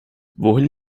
wohin